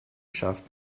schafft